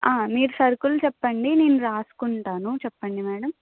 మీరు సరుకులు చెప్పండి నేను రాసుకుంటాను చెప్పండి మేడమ్